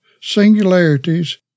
singularities